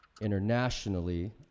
internationally